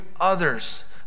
others